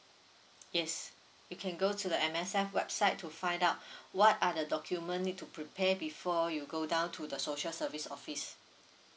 yes you can go to the M_S_F website to find out what are the document need to prepare before you go down to the social service office